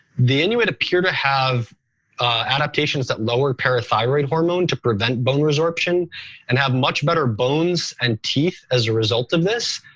the inuit appear to have adaptations that lower parathyroid hormone to prevent bone resorption and have much better bones and teeth as a result of this,